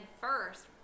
first